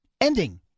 Ending